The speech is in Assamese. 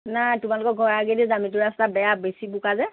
নাই তোমালোকৰ ঘৰৰ আগেদিয়েই যাম এইটো ৰাস্তা বেয়া বেছি বোকা যে